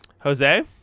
Jose